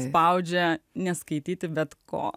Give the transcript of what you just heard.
spaudžia neskaityti bet ko